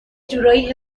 جورایی